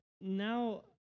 now